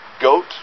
goat